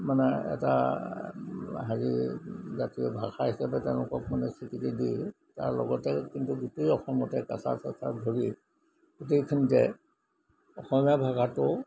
মানে এটা হেৰি জাতীয় ভাষা হিচাপে তেওঁলোকক মানে স্বীকৃতি দি তাৰ লগতে কিন্তু গোটেই অসমতে কাছাৰ চাচাৰ ধৰি গোটেইখিনিতে অসমীয়া ভাষাটো